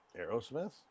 Aerosmith